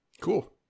cool